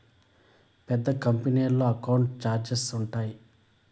పెద్ద కంపెనీల్లో అకౌంట్ల ఛార్ట్స్ ఉంటాయి